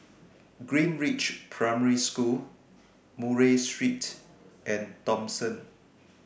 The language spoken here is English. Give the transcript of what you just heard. Greenridge Primary School Murray Street and Thomson